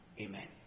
Amen